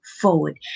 forward